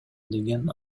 деген